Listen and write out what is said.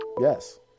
yes